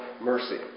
mercy